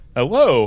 Hello